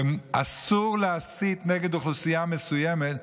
וכשאסור להסית נגד אוכלוסייה מסוימת,